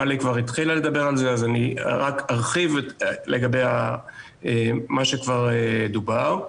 מלי כבר התחילה לדבר על זה אז אני רק ארחיב לגבי מה שכבר דובר.